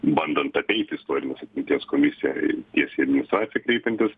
bandant apeiti istorinės atminties komisiją tiesiai į administraciją kreipiantis